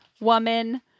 woman